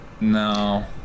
No